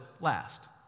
last